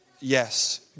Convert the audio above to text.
yes